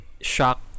shock